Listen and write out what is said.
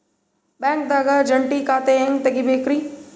ಬ್ಯಾಂಕ್ದಾಗ ಜಂಟಿ ಖಾತೆ ಹೆಂಗ್ ತಗಿಬೇಕ್ರಿ?